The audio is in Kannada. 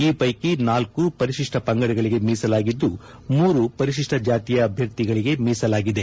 ಈ ವೈಕಿ ನಾಲ್ಲು ಪರಿಶಿಷ್ಷ ಪಂಗಡಗಳಿಗೆ ಮೀಸಲಾಗಿದ್ದು ಮೂರು ಪರಿಶಿಷ್ಷ ಜಾತಿಯ ಅಭ್ಯರ್ಥಿಗಳಿಗೆ ಮೀಸಲಾಗಿದೆ